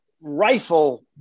rifle